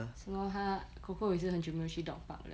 some more 他 coco 也是很久没有去 dog park liao